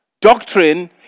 doctrine